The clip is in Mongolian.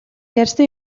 ярьсан